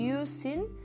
using